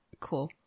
cool